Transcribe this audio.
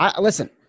Listen